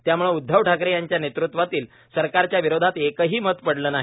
त्यामुळं उद्धव ठाकरे यांच्या नेतृत्वातील सरकारच्या विरोधात एकही मत पडलं नाही